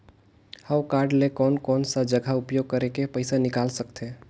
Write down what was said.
हव कारड ले कोन कोन सा जगह उपयोग करेके पइसा निकाल सकथे?